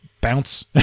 bounce